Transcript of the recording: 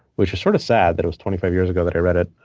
which is sort of sad that it was twenty five years ago that i read it.